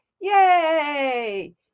Yay